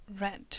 red